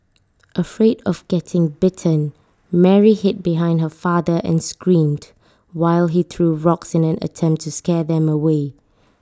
afraid of getting bitten Mary hid behind her father and screamed while he threw rocks in an attempt to scare them away